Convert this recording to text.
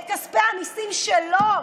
את כספי המיסים שלו,